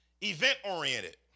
Event-oriented